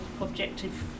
objective